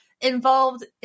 involved